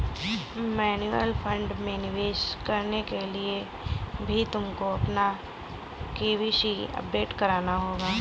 mutual fund में निवेश करने के लिए भी तुमको अपना के.वाई.सी अपडेट कराना होगा